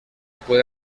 puede